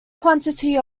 quantity